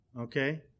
okay